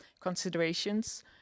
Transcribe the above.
considerations